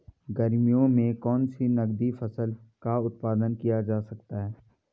गर्मियों में कौन सी नगदी फसल का उत्पादन किया जा सकता है?